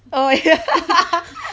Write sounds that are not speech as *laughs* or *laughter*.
oh ya *laughs*